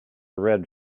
red